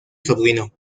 sobrino